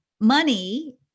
Money